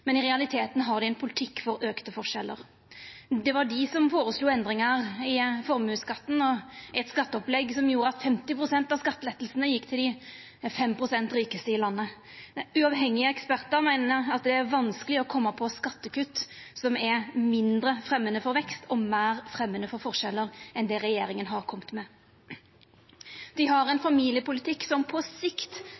men i realiteten har dei ein politikk for auka forskjellar. Det var dei som foreslo endringar i formuesskatten, eit skatteopplegg som gjorde at 50 pst. av skatteletten gjekk til dei 5 pst. rikaste i landet. Uavhengige ekspertar meiner at det er vanskeleg å koma på skattekutt som er mindre fremjande for vekst og meir fremjande for forskjellar enn det regjeringa har kome med. Dei har ein